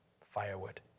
firewood